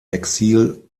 exil